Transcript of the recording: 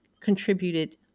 contributed